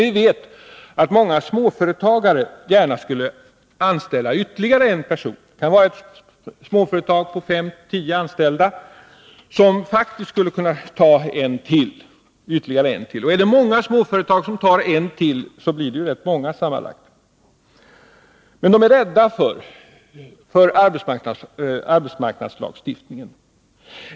Vi vet att många småföretagare gärna skulle anställa ytterligare en person. Det kan vara ett småföretag med 5-10 anställda som faktiskt skulle kunna anställa ytterligare en person. Och är det många småföretag som anställer ytterligare en person, blir det rätt många sammanlagt. Men de är rädda för arbetsmarknadslagstiftningen.